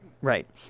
right